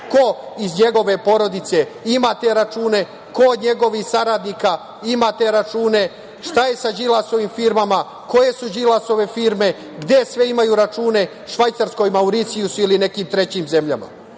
ko iz njegove porodice ima te račune, kod od njegovih saradnika ima te račune, šta je sa Đilasovim firmama, koje su Đilasove firme, gde sve imaju račune, u Švajcarskoj, Mauricijusu ili u nekim trećim zemljama,S